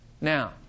now